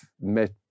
met